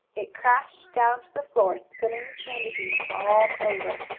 it crashed down to the floor, spilling the candy beans all over.